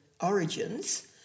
origins